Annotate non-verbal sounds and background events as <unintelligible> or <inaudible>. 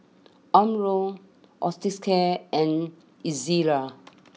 Omron <unintelligible> and Ezerra